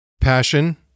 Passion